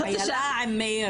איילה.